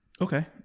Okay